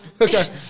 Okay